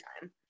time